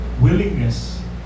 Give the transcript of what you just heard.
willingness